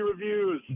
Reviews